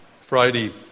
Friday